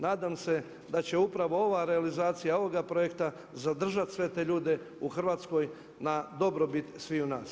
Nadam se, da će upravo ova realizacija, ovoga projekta zadržat sve te ljude u Hrvatskoj na dobrobit sviju nas.